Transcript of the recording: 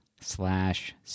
slash